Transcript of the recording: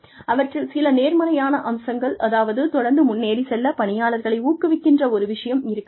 அவற்றில் சில நேர்மறையான அம்சங்கள் அதாவது தொடர்ந்து முன்னேறிச் செல்ல பணியாளர்களை ஊக்குவிக்கின்ற ஒரு விஷயம் இருக்க வேண்டும்